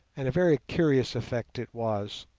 and a very curious effect it was.